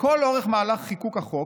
לכל אורך מהלך חיקוק החוק,